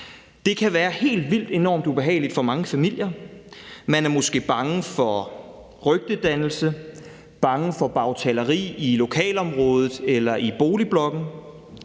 Det kan være helt vildt enormt ubehageligt for mange familier. Man er måske bange for rygtedannelse, bange for bagtaleri i lokalområdet eller i boligblokken.